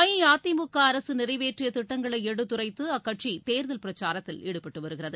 அஇஅதிமுக அரசு நிறைவேற்றிய திட்டங்களை எடுத்துரைத்து அக்கட்சி தேர்தல் பிரச்சாரத்தில் ஈடுபட்டு வருகிறது